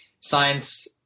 science